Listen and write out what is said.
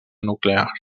nuclear